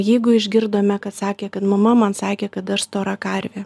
jeigu išgirdome kad sakė kad mama man sakė kad aš stora karvė